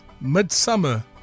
midsummer